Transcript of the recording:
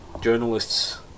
journalists